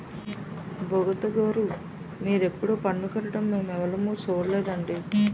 బుగతగోరూ మీరెప్పుడూ పన్ను కట్టడం మేమెవులుమూ సూడలేదండి